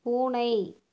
பூனை